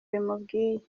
bimubwiye